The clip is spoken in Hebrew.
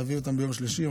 ולהביא אותם ביום שלישי.